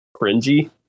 cringy